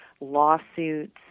lawsuits